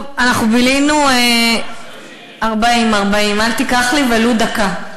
30. 40. אל תיקח לי ולו דקה.